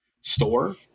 store